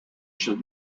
should